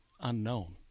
unknown